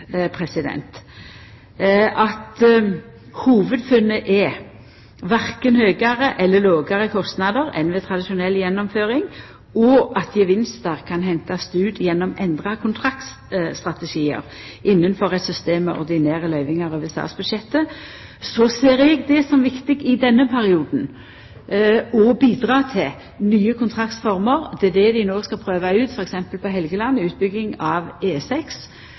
at hovudfunnet er korkje høgare eller lågare kostnader enn ved tradisjonell gjennomføring, og at gevinstar kan hentast ut gjennom endra kontraktsstrategiar innanfor eit system med ordinære løyvingar over statsbudsjettet, ser eg det som viktig i denne perioden å bidra til nye kontraktsformer. Det er det dei no skal prøva ut, t.d. på Helgeland og utbygging av